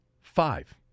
Five